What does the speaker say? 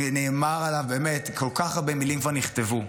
נאמר עליו, באמת, כל כך הרבה מילים כבר נכתבו.